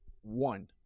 One